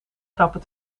grappen